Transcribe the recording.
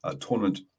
tournament